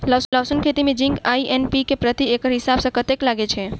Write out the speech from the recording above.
लहसून खेती मे जिंक आ एन.पी.के प्रति एकड़ हिसाब सँ कतेक लागै छै?